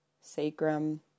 Sacrum